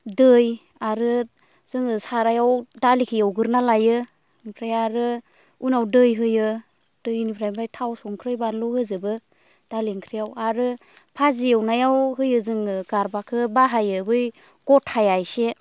दै आरो जोङो सारायाव दालिखौ एवग्रोना लायो ओमफ्राय आरो उनाव दै होयो दैनिफ्राय ओमफ्राय थाव संख्रि बानलु होजोबो दालि ओंख्रियाव आरो भाजि एवनायाव होयो जोङो गारबाखौ बाहायो बै गथाया इसे